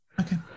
Okay